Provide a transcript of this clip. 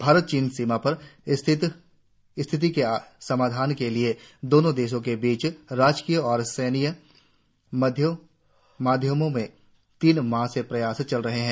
भारत चीन सीमा पर स्थिति के समाधान के लिए दोनों देशों के बीच राजनयिक और सैन्य माध्यमों से तीन माह से प्रयास चल रहे हैं